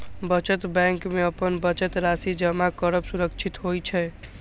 बचत बैंक मे अपन बचत राशि जमा करब सुरक्षित होइ छै